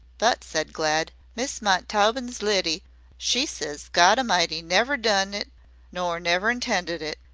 but, said glad, miss montaubyn's lidy she says godamighty never done it nor never intended it,